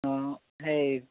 ହଁ ହେଇ